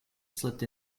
slipped